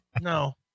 no